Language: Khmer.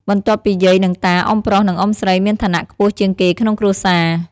បន្ទាប់ពីយាយ និងតា អ៊ុំប្រុស និងអ៊ុំស្រីមានឋានៈខ្ពស់ជាងគេក្នុងគ្រួសារ។